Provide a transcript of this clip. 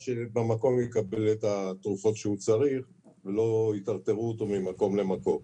שהוא יקבל את התרופות במקום שהוא צריך ולא יטרטרו אותו ממקום למקום.